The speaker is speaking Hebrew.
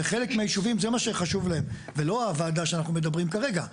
לחלק מהיישובים זה מה שחשוב להם ולא הוועדה שאנחנו מדברים כרגע.